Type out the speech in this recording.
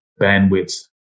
bandwidth